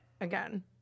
again